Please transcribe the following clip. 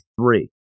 three